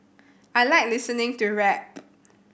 I like listening to rap